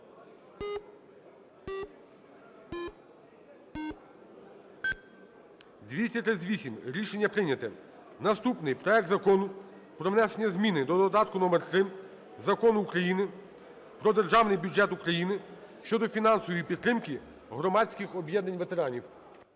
За-238 Рішення прийнято. Наступний: проект Закону про внесення зміни до додатку № 3 до Закону України про Державний бюджет України щодо фінансової підтримки громадських об'єднань ветеранів